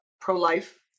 Pro-life